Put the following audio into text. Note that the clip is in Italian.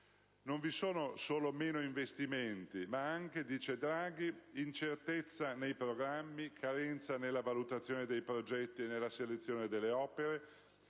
Non vi sono solo meno investimenti, ma anche - dice Draghi - «incertezza nei programmi, carenza nella valutazione dei progetti e nella selezione delle opere,